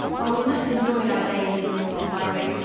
while we much enjoyed our day in the dorset byways,